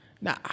Nah